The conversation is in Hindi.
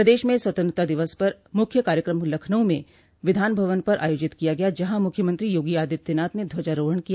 प्रदेश में स्वतंत्रता दिवस पर मुख्य कार्यक्रम लखनऊ में विधान भवन पर आयोजित किया गया जहां मुख्यमंत्री योगी आदित्यनाथ ने ध्वजारोहण किया